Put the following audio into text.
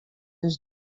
dus